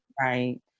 Right